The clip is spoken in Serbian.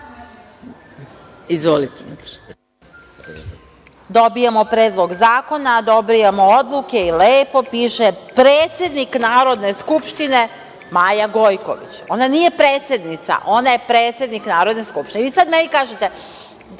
Jovanović** Dobijamo Predlog zakona, dobijamo odluke i lepo piše – predsednik Narodne skupštine Maja Gojković. Ona nije predsednica, ona je predsednik Narodne skupštine. Dobro znam šta